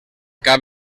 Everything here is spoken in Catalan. cap